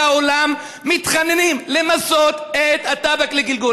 העולם מתחננים למסות את הטבק לגלגול.